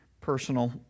personal